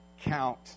count